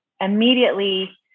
immediately